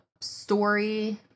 story